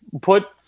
put